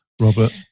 Robert